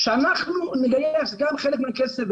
שאנחנו נגייס גם חלק מהכסף,